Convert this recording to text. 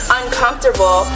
uncomfortable